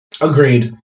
Agreed